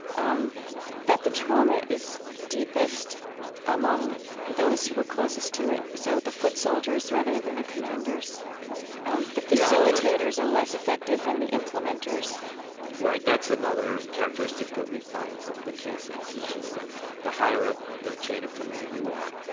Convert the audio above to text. um that the trauma is deepest among those who were closest to it, so the foot soldiers rather than the commanders yeah um the facilitators are less affected than the implementers right. that's another characteristic that we find from the cases, which is that the higher up the chain of command you are,